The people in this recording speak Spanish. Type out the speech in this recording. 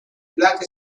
black